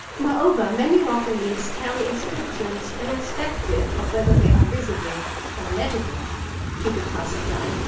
moreover, many rock reliefs carry inscriptions irrespective of whether they are visible or legible to the passersby,